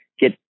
get